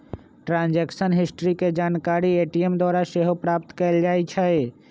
transaction history के जानकारी ATM द्वारा सेहो प्राप्त कएल जाइ छइ